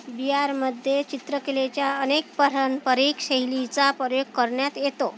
बिहारमध्ये चित्रकलेच्या अनेक पारंपरिक शैलीचा प्रयोग करण्यात येतो